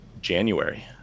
January